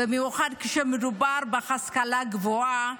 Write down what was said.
במיוחד כשמדובר בהשכלה גבוהה,